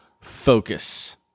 focus